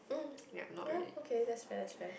mm okay yeah that's fair that's fair